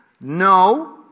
No